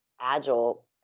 Agile